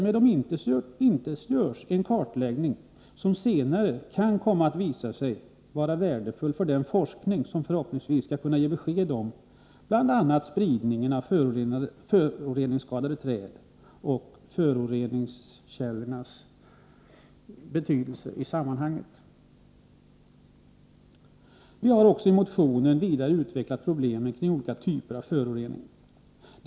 En sådan kartläggning kan senare komma att visa sig värdefull för den forskning som, förhoppningsvis, skall ge besked om bl.a. hur många träd som skadats och om föroreningskällornas betydelse i detta sammanhang. I motionen har vi också vidare utvecklat ett resonemang om olika typer av föroreningar och de problem som dessa innebär.